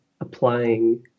applying